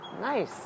Nice